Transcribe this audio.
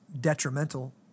detrimental